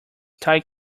tight